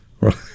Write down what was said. Right